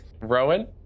Rowan